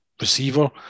receiver